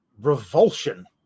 revulsion